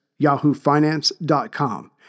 yahoofinance.com